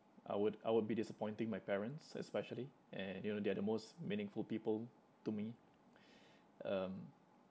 I would I would be disappointing my parents especially and you know they're the most meaningful people to me um